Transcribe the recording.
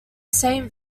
saint